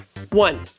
One